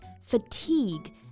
fatigue